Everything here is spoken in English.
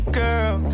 girl